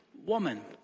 woman